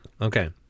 Okay